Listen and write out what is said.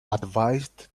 advised